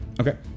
Okay